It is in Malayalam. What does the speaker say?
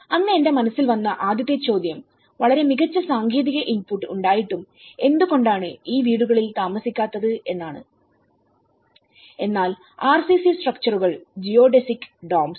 അന്ന് എന്റെ മനസ്സിൽ വന്ന ആദ്യത്തെ ചോദ്യം വളരെ മികച്ച സാങ്കേതിക ഇൻപുട്ട് ഉണ്ടായിട്ടും എന്തുകൊണ്ടാണ് ഈ വീടുകളിൽ താമസിക്കാത്തത് എന്നാണ് എന്നാൽ RCC സ്ട്രക്ചറുകൾ ജിയോഡെസിക് ഡോംസ്